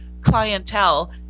clientele